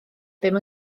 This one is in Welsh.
ddim